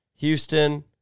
Houston